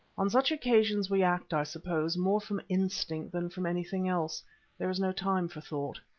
on such occasions we act, i suppose, more from instinct than from anything else there is no time for thought.